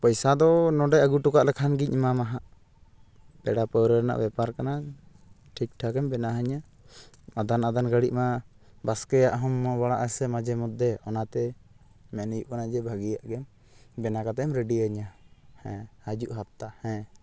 ᱯᱚᱭᱥᱟᱫᱚ ᱱᱚᱰᱮ ᱟᱹᱜᱩ ᱦᱚᱴᱚᱠᱟᱜ ᱞᱮᱠᱷᱟᱱᱜᱤᱧ ᱮᱢᱟᱢᱟᱼᱦᱟᱸᱜ ᱯᱮᱲᱟ ᱯᱟᱹᱣᱨᱟᱹ ᱨᱮᱱᱟᱜ ᱵᱮᱯᱟᱨ ᱠᱟᱱᱟ ᱴᱷᱤᱠᱴᱷᱟᱠᱼᱮᱢ ᱵᱮᱱᱟᱣ ᱟᱹᱧᱟᱹ ᱟᱫᱷᱟᱱ ᱟᱫᱷᱟᱱ ᱜᱷᱟᱹᱲᱤᱡᱢᱟ ᱵᱟᱥᱠᱮᱭᱟᱜ ᱦᱚᱸᱢ ᱮᱢᱚᱵᱟᱲᱟᱜᱼᱟ ᱥᱮ ᱢᱟᱡᱷᱮ ᱢᱚᱫᱽᱫᱮ ᱚᱱᱟᱛᱮ ᱢᱮᱱ ᱦᱩᱭᱩᱜ ᱠᱟᱱᱟ ᱡᱮ ᱵᱷᱟᱹᱜᱤᱭᱟᱜ ᱜᱮ ᱵᱮᱱᱟ ᱠᱟᱛᱮᱢ ᱨᱮᱰᱤᱭᱟᱹᱧᱟᱹ ᱦᱮᱸ ᱦᱟᱹᱡᱩᱜ ᱦᱟᱯᱛᱟ ᱦᱮᱸ